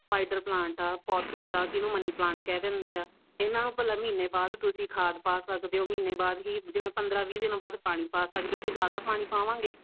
spider plant ਆ pothos ਆ ਜਿਹਨੂੰ ਮਨੀ ਪਲਾਂਟ ਕਹਿ ਦਿੰਦੇ ਆ ਇਹਨਾਂ ਨੂੰ ਭਲਾ ਮਹੀਨੇ ਬਾਅਦ ਤੁਸੀਂ ਖਾਦ ਪਾ ਸਕਦੇ ਹੋ ਮਹੀਨੇ ਬਾਅਦ ਹੀ ਜਿਵੇਂ ਪੰਦਰ੍ਹਾਂ ਵੀਹ ਦਿਨਾਂ ਵੱਧ ਪਾਣੀ ਪਾ ਸਕਦੇ ਹੋ ਅਤੇ ਜ਼ਿਆਦਾ ਪਾਣੀ ਪਾਵਾਂਗੇ